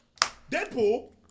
Deadpool